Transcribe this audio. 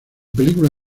película